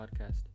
podcast